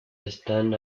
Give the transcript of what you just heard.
están